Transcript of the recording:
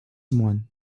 someone